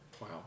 Wow